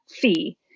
fee